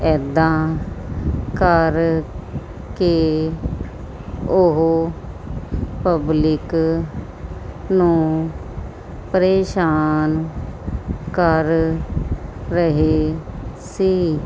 ਇੱਦਾਂ ਕਰ ਕੇ ਉਹ ਪਬਲਿਕ ਨੂੰ ਪਰੇਸ਼ਾਨ ਕਰ ਰਹੇ ਸੀ